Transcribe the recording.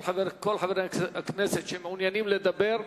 כל חברי כנסת שמעוניינים לדבר,